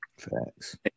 facts